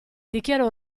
dichiarò